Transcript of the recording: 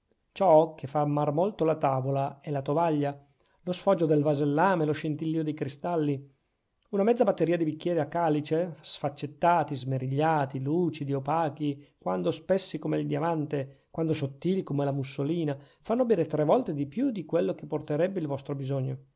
ciò che fa amar molto la tavola è la tovaglia lo sfoggio del vasellame lo scintillìo dei cristalli una mezza batteria di bicchieri a calice sfaccettati smerigliati lucidi opachi quando spessi come il diamante quando sottili come la mussolina fanno bere tre volte più di quello che porterebbe il vostro bisogno